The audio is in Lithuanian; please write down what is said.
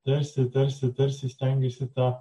tarsi tarsi tarsi stengiasi tą